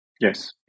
Yes